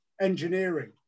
engineering